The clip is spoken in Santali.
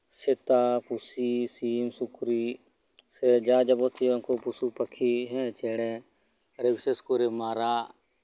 ᱥᱮᱛᱟ ᱯᱩᱥᱤ ᱥᱤᱢ ᱥᱩᱠᱨᱤ ᱥᱮ ᱡᱟᱵᱚᱛᱤᱭᱚ ᱯᱚᱥᱩ ᱯᱟᱠᱷᱤ ᱦᱮᱸ ᱪᱮᱬᱮ ᱟᱨ ᱵᱤᱥᱮᱥ ᱠᱚᱨᱮ ᱢᱟᱨᱟᱜ